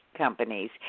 companies